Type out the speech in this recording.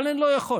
אבל אני לא יכול,